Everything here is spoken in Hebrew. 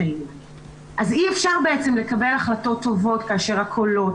אז אי אפשר לקבל החלטות טובות כאשר הקולות,